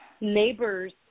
neighbors